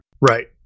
Right